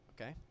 okay